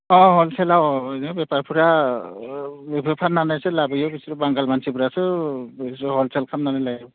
अ हलसेलाव ओरैनो बेपारिफोरा बेफोर फाननानैसो लाबोयो बांगाल मानसिफोरासो बिदिनो हलसेल खालामनानै लायो